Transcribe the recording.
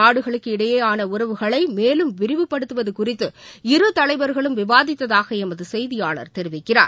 நாடுகளுக்கிடையேயான உறவுகளைமேலும் விரிவுபடுத்துவதுகுறித்து இரு இரு தலைவர்களும் விவாதித்ததாகளமதுசெய்தியாளர் தெரிவிக்கிறார்